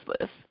list